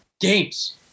games